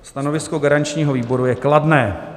Stanovisko garančního výboru je kladné.